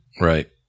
Right